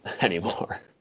anymore